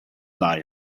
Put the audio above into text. lie